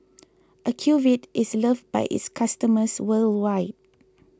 Ocuvite is loved by its customers worldwide